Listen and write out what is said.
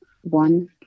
One